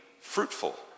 fruitful